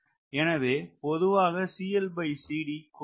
எனவே பொதுவாக குறையும்